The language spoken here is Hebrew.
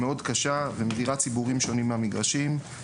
מאוד קשה ומדירה ציבורים שונים מהמגרשים,